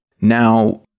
Now